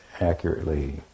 accurately